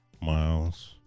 miles